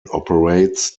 operates